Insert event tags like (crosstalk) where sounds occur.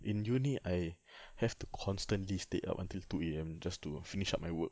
in uni I (breath) have to constantly stay up until two A_M just to finish up my work